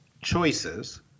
choices